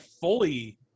fully